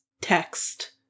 text